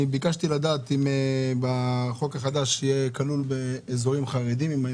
אני ביקשתי לדעת אם בחוק החדש יהיה כלול באזורים חרדים אם הם